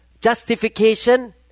Justification